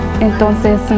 Entonces